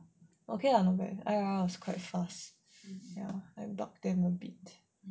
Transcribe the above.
okay ah not bad ira also quite fast ya about ten minutes